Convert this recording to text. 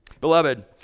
Beloved